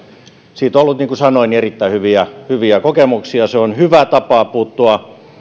siitä on ollut niin kuin sanoin erittäin hyviä hyviä kokemuksia se on hyvä tapa puuttua